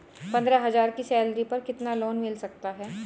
पंद्रह हज़ार की सैलरी पर कितना लोन मिल सकता है?